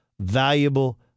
valuable